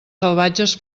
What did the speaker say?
salvatges